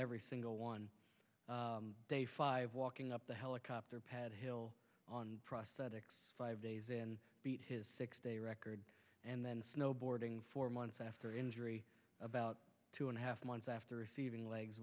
every single one day five walking up the helicopter pad hill on prosthetics five days in beat his six day record and then snowboarding four months after injury about two and a half months after